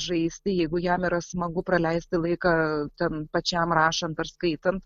žaisti jeigu jam yra smagu praleisti laiką ten pačiam rašant ar skaitant